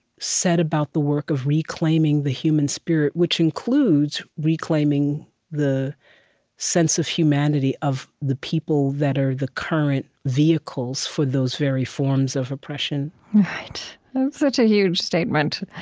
set about the work of reclaiming the human spirit, which includes reclaiming the sense of humanity of the people that are the current vehicles for those very forms of oppression such a huge statement